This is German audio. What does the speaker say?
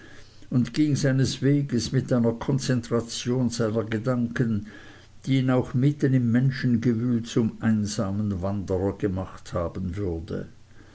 und ging seines wegs mit einer konzentration seiner gedanken die ihn auch mitten im menschengewühl zum einsamen wanderer gemacht haben würde